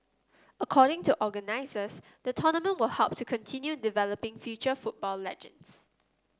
according to organisers the tournament will help to continue developing future football legends